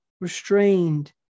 restrained